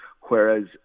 whereas